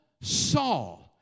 Saul